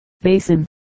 Basin